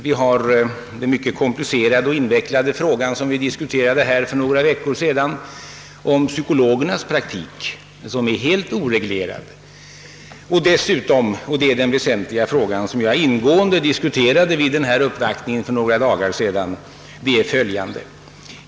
Vi har vidare den mycket komplicerade frågan — som vi debatterade här för några veckor sedan — om psykologernas praktik, vilken är helt oreglerad. Den väsentliga frågan, som jag ingående diskuterade vid uppvaktningen för några dagar sedan, är emellertid följande.